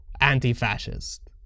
anti-fascist